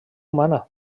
humana